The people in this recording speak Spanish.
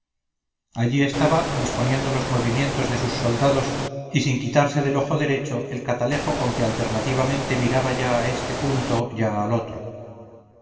allí estaba disponiendo los movimientos de sus soldados y sin quitarse del ojo derecho el catalejo con que alternativamente miraba ya a este punto ya al otro